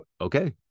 okay